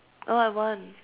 oh I want